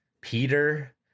Peter